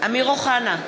אמיר אוחנה,